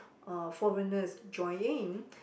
uh foreigner join in